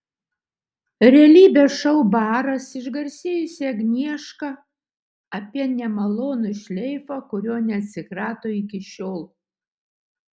realybės šou baras išgarsėjusi agnieška apie nemalonų šleifą kurio neatsikrato iki šiol